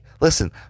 listen